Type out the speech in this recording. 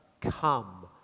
come